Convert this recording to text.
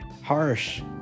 harsh